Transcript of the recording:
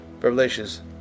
Revelations